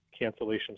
cancellations